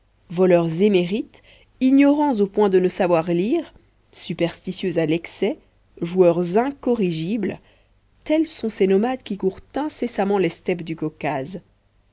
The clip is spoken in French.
endurcis voleurs émérites ignorants au point de ne savoir lire superstitieux a l'excès joueurs incorrigibles tels sont ces nomades qui courent incessamment les steppes du caucase